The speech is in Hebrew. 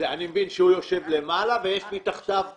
אני מבין שהוא יושב למעלה ויש מתחתיו צלעות.